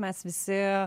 mes visi